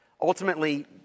Ultimately